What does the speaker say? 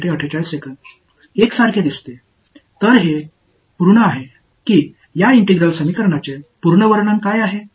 மாணவர் a போல் தெரிகிறது எனவே இது ஒரு முழுமையானது இந்த ஒருங்கிணைந்த சமன்பாட்டின் முழுமையான விளக்கம் என்ன